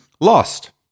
lost